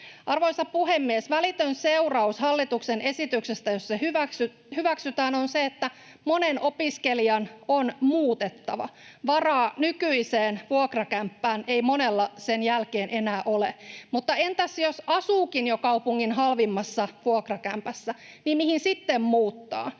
Arvoisa puhemies! Välitön seuraus hallituksen esityksestä, jos se hyväksytään, on se, että monen opiskelijan on muutettava. Varaa nykyiseen vuokrakämppään ei monella sen jälkeen enää ole. Mutta entäs jos asuukin jo kaupungin halvimmassa vuokrakämpässä — mihin sitten muuttaa?